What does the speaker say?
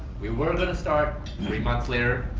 we were gonna start three months later,